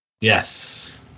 yes